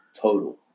total